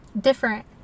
different